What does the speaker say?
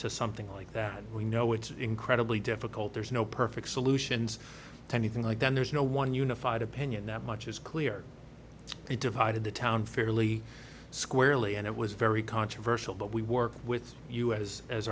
something like that we know it's incredibly difficult there's no perfect solutions to anything like that there's no one unified opinion that much is clear and divided the town fairly squarely and it was very controversial but we work with us as